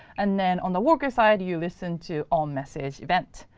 and then on the worker side, you listen to on message event.